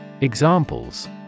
Examples